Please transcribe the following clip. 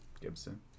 Gibson